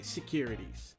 Securities